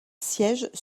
siège